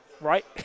right